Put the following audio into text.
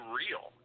real